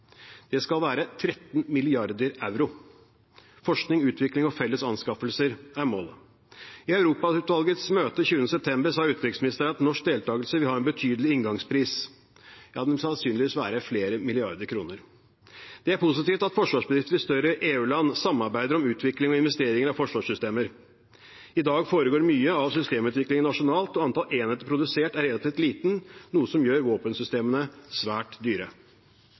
Det skal være på 13 mrd. euro. Forskning, utvikling og felles anskaffelser er målet. I Europautvalgets møte 20. september sa utenriksministeren at norsk deltakelse vil ha en betydelig inngangspris. Den vil sannsynligvis være på flere milliarder kroner. Det er positivt at forsvarsministere i større EU-land samarbeider om utvikling og investeringer av forsvarssystemer. I dag foregår mye av systemutviklingen nasjonalt, og antall enheter produsert er relativt liten, noe som gjør våpensystemene svært dyre.